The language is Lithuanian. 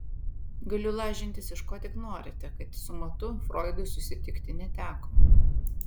galiu lažintis iš ko tik norite kad su matu froidui susitikti neteko